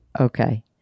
Okay